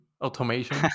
automation